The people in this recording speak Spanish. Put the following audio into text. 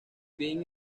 fin